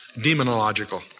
demonological